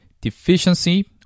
deficiency